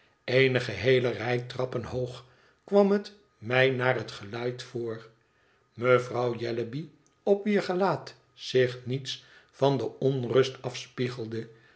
eene geheele rij trappen hoog kwam het mij naar het geluid voor mevrouw jellyby op wier gelaat zich niets van de onrust afspiegelde